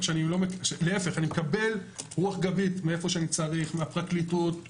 אני מקבל רוח גבית מאיפה שאני צריך מהפרקליטות,